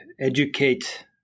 educate